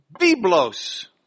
Biblos